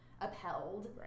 Upheld